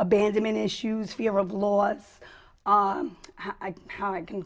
abandonment issues fear of loss how i can